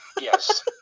Yes